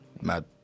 mad